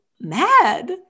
mad